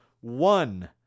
one